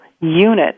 unit